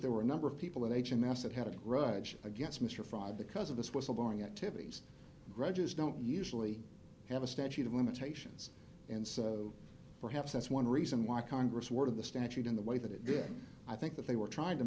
there were a number of people that age in mass that had a grudge against mr fry because of this whistle blowing activities grudges don't usually have a statute of limitations and so perhaps that's one reason why congress word of the statute in the way that it did i think that they were trying to